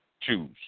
Choose